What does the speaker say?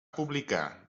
publicar